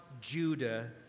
Judah